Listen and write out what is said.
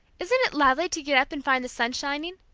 isn't it lovely to get up and find the sun shining?